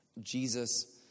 Jesus